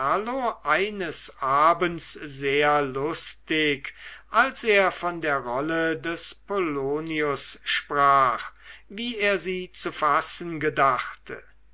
eines abends sehr lustig als er von der rolle des polonius sprach wie er sie zu fassen gedachte